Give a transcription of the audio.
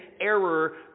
error